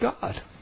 god